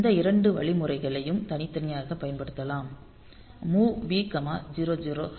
இந்த இரண்டு வழிமுறைகளையும் தனித்தனியாகப் பயன்படுத்தலாம் MOV B 00 h